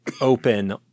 open